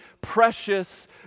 precious